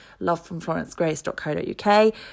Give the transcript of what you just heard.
lovefromflorencegrace.co.uk